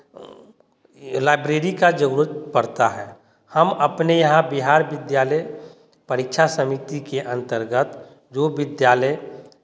library की ज़रूरत पड़ता है हम अपने यहाँ बिहार विद्यालय परीक्षा समिति के अंतर्गत जो बिद्यालय